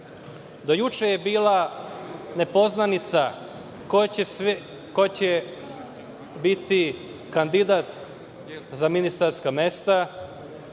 Do juče je bila nepoznanica ko će biti kandidat za ministarska mesta.